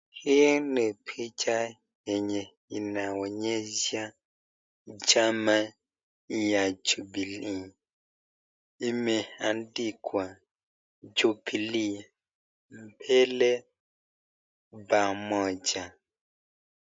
Hii ni picha yenye inaonyesha chama ya jubilee ineandikwa jubilee Mbele pamoja.